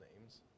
names